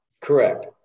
Correct